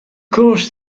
course